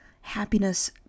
happiness